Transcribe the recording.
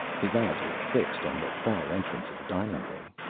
his eyes were fixed on the far entrance of the dining room.